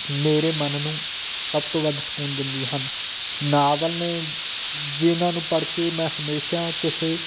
ਮੇਰੇ ਮਨ ਨੂੰ ਸਭ ਤੋਂ ਵੱਧ ਸਕੂਨ ਦਿੰਦੀ ਹਨ ਨਾਵਲ ਨੇ ਜਿਨ੍ਹਾਂ ਨੂੰ ਪੜ੍ਹ ਕੇ ਮੈਂ ਹਮੇਸ਼ਾ ਕਿਸੇ